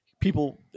People